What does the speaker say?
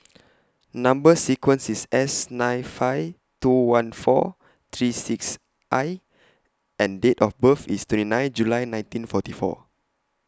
Number sequence IS S nine five two one four three six I and Date of birth IS twenty nine July nineteen forty four